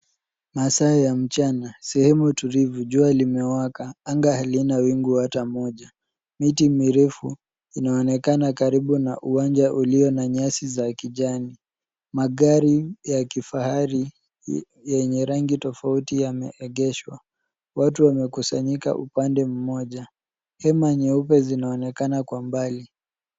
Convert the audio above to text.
Masaa ya mchana, sehemu tulivu, jua limewaka. Anga halina wingu ata moja. Miti mirefu, inaonekana karibu na uwanja ulio na nyasi za kijani. Magari ya kifahari, yenye rangi tofauti yameegeshwa. Watu wamekusanyika upande mmoja. Hema nyeupe zinaonekana kwa mbali.